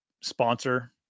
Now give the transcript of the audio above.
sponsor